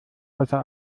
außer